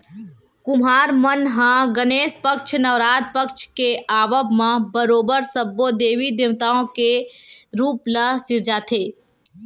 कुम्हार मन ह गनेस पक्छ, नवरात पक्छ के आवब म बरोबर सब्बो देवी देवता के रुप ल सिरजाथे